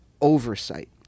oversight